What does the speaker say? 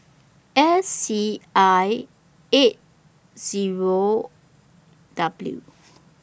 S C I eight O W